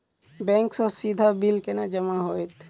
Bank सँ सीधा bill केना जमा होइत?